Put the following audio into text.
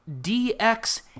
DX